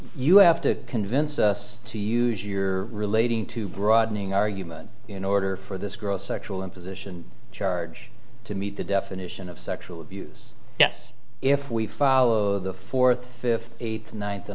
you have to convince us to use your relating to broadening argument in order for this gross sexual imposition charge to meet the definition of sexual abuse yes if we follow the fourth fifth eight